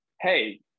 hey –